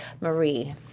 Marie